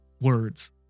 words